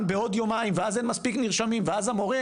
בעוד יומיים ואז אין מספיק נרשמים אז המורה,